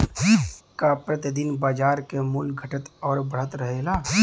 का प्रति दिन बाजार क मूल्य घटत और बढ़त रहेला?